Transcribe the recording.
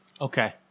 Okay